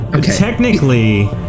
Technically